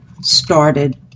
started